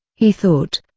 he thought,